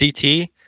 CT